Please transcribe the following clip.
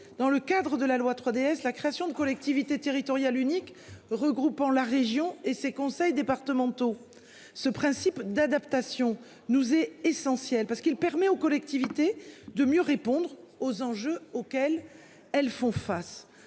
dans le cadre de la loi 3DS, la création de collectivité territoriale unique regroupant la région et ses conseils départementaux ce principe d'adaptation nous est essentiel parce qu'il permet aux collectivités de mieux répondre aux enjeux auxquels elles font face.